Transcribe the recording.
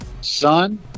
Son